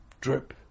drip